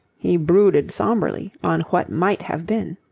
he brooded sombrely on what might have been.